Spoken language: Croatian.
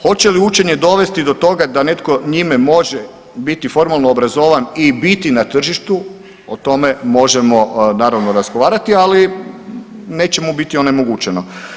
Hoće li učenje dovesti do toga da netko njime može biti formalno obrazovan i biti na tržištu o tome možemo naravno razgovarati, ali neće mu biti onemogućeno.